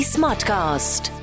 Smartcast